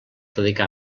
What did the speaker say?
dedicar